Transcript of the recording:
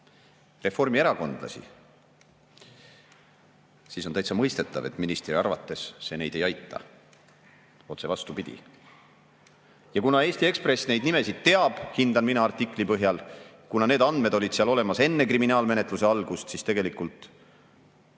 reformierakondlasi, siis on täitsa mõistetav, et ministri arvates see neid ei aita. Otse vastupidi. Ja kuna Eesti Ekspress neid nimesid teab, hindan mina artikli põhjal, kuna need andmed olid seal olemas enne kriminaalmenetluse algust, siis tegelikult